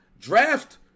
draft